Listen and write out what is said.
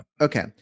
Okay